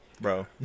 bro